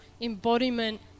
embodiment